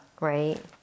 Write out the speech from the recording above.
Right